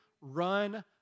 run